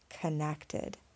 connected